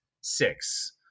six